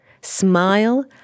Smile